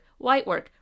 whitework